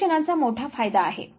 सर्वेक्षणाचा मोठा फायदा आहे